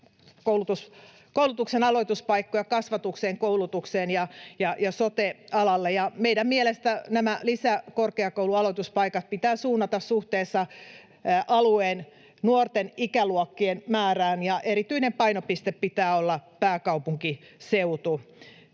koulutuksen aloituspaikkoja kasvatukseen, koulutukseen ja sote-alalle, ja meidän mielestämme nämä lisäkorkeakoulualoituspaikat pitää suunnata suhteessa alueen nuorten ikäluokkien määrään, ja erityinen painopiste pitää olla pääkaupunkiseutu.